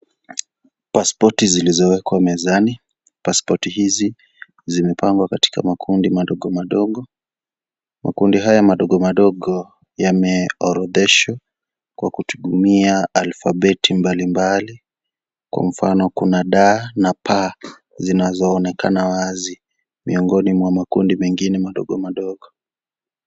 Pasipoti zilizowekwa mezani, pasipoti hizi zimepangwa katika makundi madogomadogo, makundi haya madogomadogo yameorodheshwa kwa kutumia alfabeti mbalimbali kwa mfano kuna d na p zinazoonekana wazi miongoni mwa makundi mengine madogomadogo.